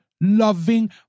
loving